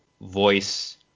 voice